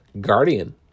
guardian